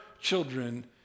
children